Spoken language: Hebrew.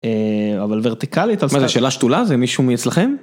אבל ורטיקלית. מה זה שאלה שתולה זה מישהו מי אצלכם?